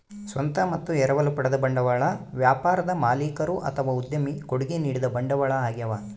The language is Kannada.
ಸ್ವಂತ ಮತ್ತು ಎರವಲು ಪಡೆದ ಬಂಡವಾಳ ವ್ಯಾಪಾರದ ಮಾಲೀಕರು ಅಥವಾ ಉದ್ಯಮಿ ಕೊಡುಗೆ ನೀಡಿದ ಬಂಡವಾಳ ಆಗ್ಯವ